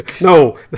no